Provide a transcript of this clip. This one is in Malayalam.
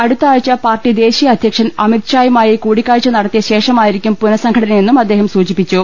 അടുത്ത ആഴ്ച പാർട്ടി ദേശീയ അധ്യക്ഷൻ അമിത്ഷായുമായി കൂടിക്കാഴ്ച നടത്തിയശേഷമായിരിക്കും പുനഃ സംഘടനയെന്നും അദ്ദേഹം സൂചിപ്പിച്ചു